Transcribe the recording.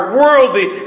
worldly